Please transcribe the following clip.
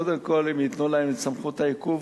קודם כול, אם ייתנו להם את סמכות העיכוב,